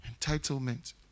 entitlement